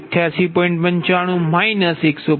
95185